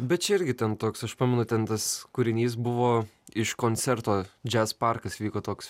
bet čia irgi ten toks aš pamenu ten tas kūrinys buvo iš koncerto jazz parkas vyko toks